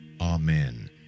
Amen